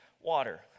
water